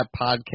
Podcast